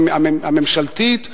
הממשלתית,